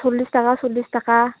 सरलिस थाखा सरलिस थाखा